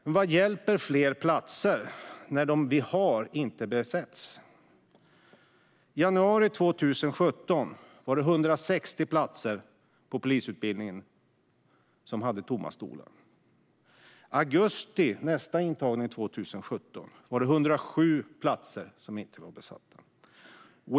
Men vad hjälper fler platser när de som finns inte besätts? I januari 2017 var det 160 platser på polisutbildningen som hade tomma stolar. Vid nästa intagning i augusti 2017 var det 107 platser som inte var besatta.